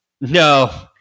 No